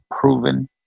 proven